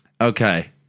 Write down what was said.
Okay